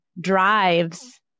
drives